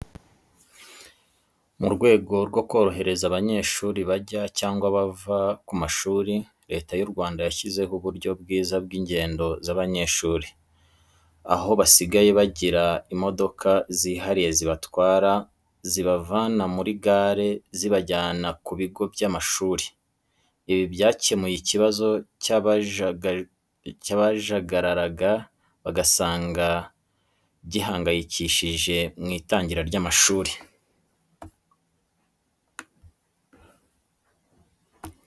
Mu rwego rwo korohereza abanyeshuri bajya cyangwa bava ku mashuri, leta y'uRwanda yashyizeho uburyo bwiza bw'ingendo z'abanyeshuri aho basigaye bagira imodoka zihariya zibatwara zibavana muri gare zibajyana ku bigo by'amashuri. Ibi byakemuye ikibazo cy'akajagari wasangaga gihangayikishije mu itangira ry'amashuri.